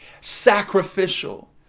sacrificial